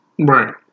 Right